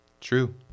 True